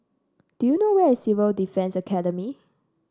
do you know where is Civil Defence Academy